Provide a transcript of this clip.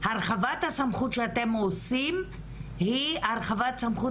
הרחבת הסמכות שאתם עושים היא הרחבת סמכות